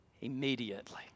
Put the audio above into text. immediately